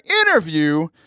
interview